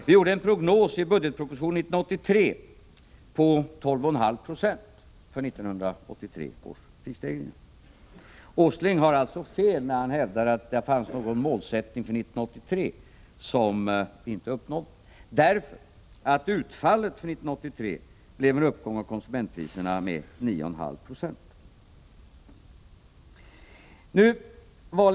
Vi gjorde en prognos i budgetpropositionen 1983 på 12,5 Yo för 1983 års prisstegringar. Åsling har alltså fel när han hävdar att det fanns ett mål för 1983 som vi inte uppnådde därför att utfallet för 1983 blev en uppgång av konsumentpriserna med 9,5 96.